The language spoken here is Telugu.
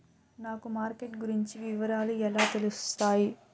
నాకు మార్కెట్ గురించి వివరాలు ఎలా తెలుస్తాయి?